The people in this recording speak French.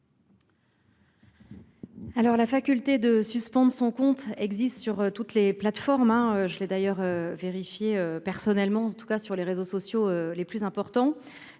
Alors la faculté de suspendre son compte existe sur toutes les plateformes hein je l'ai d'ailleurs vérifié personnellement en tout cas sur les réseaux sociaux les plus importants.